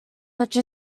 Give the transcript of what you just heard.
such